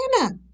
Anna